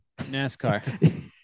nascar